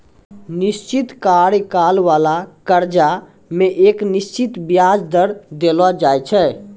निश्चित कार्यकाल बाला कर्जा मे एक निश्चित बियाज दर देलो जाय छै